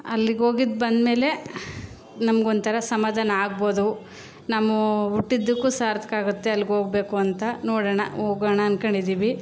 ಅಲ್ಲಿಗೋಗಿದ್ದು ಬಂದ ಮೇಲೆ ನಮ್ಗೊಂಥರ ಸಮಾಧಾನ ಆಗ್ಬೋದು ನಾವು ಹುಟ್ಟಿದ್ದಕ್ಕೂ ಸಾರ್ಥಕ ಆಗುತ್ತೆ ಅಲ್ಗೆ ಹೋಗ್ಬೇಕು ಅಂತ ನೋಡೋಣ ಹೋಗೋಣ ಅಂದ್ಕೊಂಡಿದ್ದೀವಿ